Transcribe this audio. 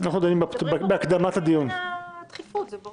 אנחנו מדברים על הדחיפות, זה ברור.